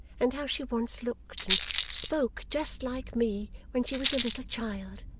and how she once looked and spoke just like me when she was a little child.